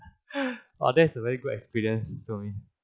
all these are very good experience to join